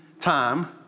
time